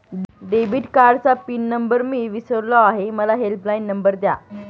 debit कार्डचा pin number मी विसरलो आहे मला हेल्पलाइन नंबर द्या